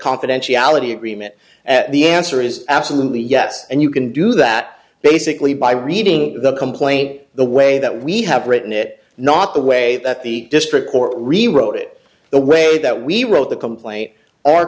confidentiality agreement at the answer is absolutely yes and you can do that basically by reading the complaint the way that we have written it not the way that the district court rewrote it the way that we wrote the complaint o